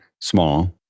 small